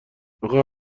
اخه